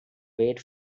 weight